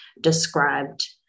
described